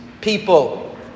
People